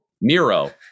Nero